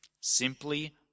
Simply